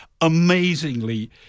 Amazingly